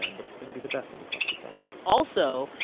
and but it's gonna be the best of a cluster fuck. also,